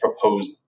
proposed